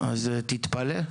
אז תתפלא,